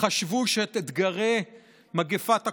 שחשבו שאת אתגרי מגפת הקורונה,